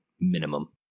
minimum